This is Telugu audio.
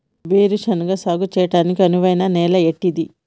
వేరు శనగ సాగు చేయడానికి అనువైన నేల ఏంటిది?